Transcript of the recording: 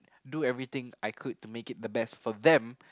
do everything I could to make it the best for them